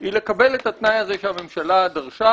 היא לקבל את התנאי שהממשלה דרשה,